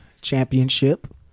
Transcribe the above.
championship